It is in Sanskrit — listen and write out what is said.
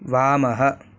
वामः